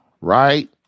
right